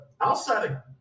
Outside